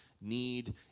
need